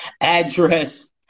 address